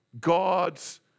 God's